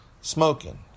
smoking